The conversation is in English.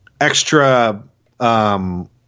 extra